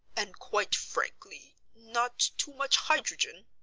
and quite frankly not too much hydrogen?